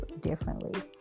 differently